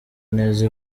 neza